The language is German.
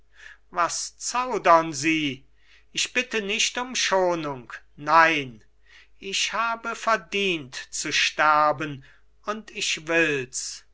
was zaudern sie ich bitte nicht um schonung nein ich habe verdient zu sterben und ich wills